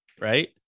right